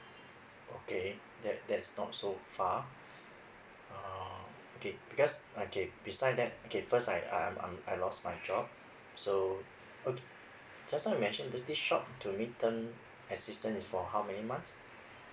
okay that that's not so far uh okay because okay beside that okay first I I'm I lost my job so okay just now you mentioned this this short to midterm assistant is for how many months